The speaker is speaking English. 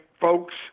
folks